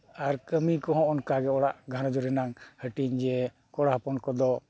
ᱟᱨ ᱠᱟᱹᱢᱤ ᱠᱚ ᱦᱚᱸ ᱚᱱᱠᱟᱜᱮ ᱚᱲᱟᱜ ᱜᱷᱟᱨᱚᱸᱡᱽ ᱨᱮᱱᱟᱜ ᱦᱟᱹᱴᱤᱧ ᱡᱮ ᱠᱚᱲᱟ ᱦᱚᱯᱚᱱ ᱠᱚᱫᱚ